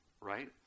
Right